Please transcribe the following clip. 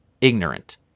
Ignorant